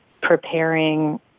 preparing